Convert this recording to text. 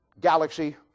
galaxy